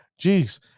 Jeez